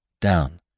down